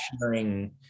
sharing